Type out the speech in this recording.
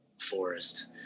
forest